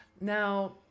Now